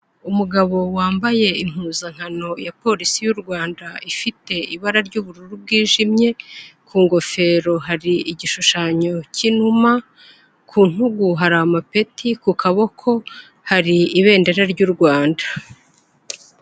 Umugabo wambaye impuzankano ya polisi y'u Rwanda ifite ibara ry'ubururu bwijimye, ku ngofero hari igishushanyo cy'inuma, ku ntugu hari amapeti ku kaboko hari ibendera ry'u Rwanda.